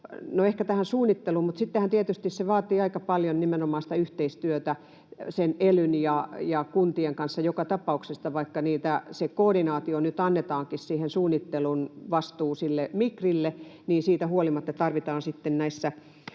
ehkä tähän suunnitteluun, mutta sittenhän tietysti se vaatii aika paljon nimenomaan sitä yhteistyötä elyn ja kuntien kanssa joka tapauksessa. Vaikka niiltä se koordinaatio, suunnittelun vastuu nyt annetaankin Migrille, siitä huolimatta tarvitaan sitten näillä